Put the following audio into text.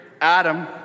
Adam